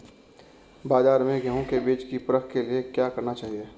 बाज़ार में गेहूँ के बीज की परख के लिए क्या करना चाहिए?